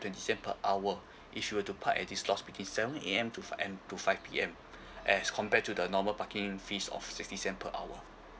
twenty cent per hour if you were to park at this lots within seven A_M to five M to five P_M as compared to the normal parking fees of fifty cent per hour